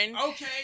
Okay